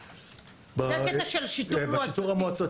זה הקטע של שיטור מועצתי.